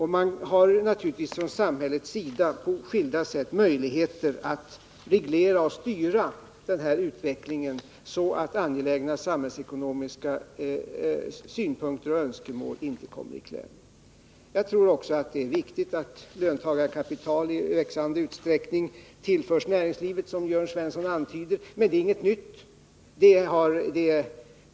Från statens sida kan man naturligtvis på skilda sätt reglera och styra utvecklingen, så att angelägna samhällsekonomiska synpunkter och önskemål inte kommer i kläm. Jag tror också att det, som Jörn Svensson antydde, är viktigt att löntagarkapital tillförs näringslivet i växande utsträckning. Men detta är ingenting nytt.